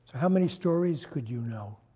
how many stories could you know,